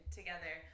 together